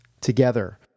together